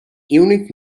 unique